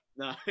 No